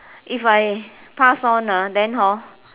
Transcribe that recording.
if I pass on ah then hor